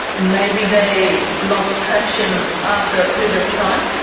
maybe they lost traction after a period of time.